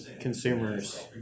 Consumers